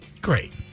Great